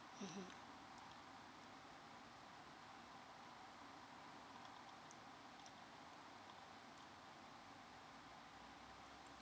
mmhmm